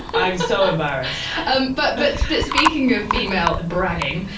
i'm so embarrassed um but but but speaking of female bragging,